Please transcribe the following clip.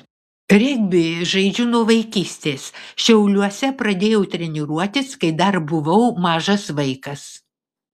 regbį žaidžiu nuo vaikystės šiauliuose pradėjau treniruotis kai dar buvau mažas vaikas